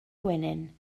gwenyn